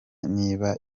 niba